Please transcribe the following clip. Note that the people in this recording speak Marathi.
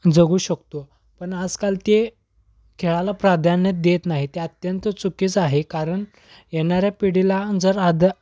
जगू शकतो पण आजकाल ते खेळाला प्राधान्य देत नाही ते अत्यंत चुकीचं आहे कारण येणाऱ्या पिढीला जर आदर